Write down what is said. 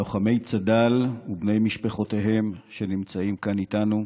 לוחמי צד"ל ובני משפחותיהם שנמצאים כאן איתנו,